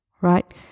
right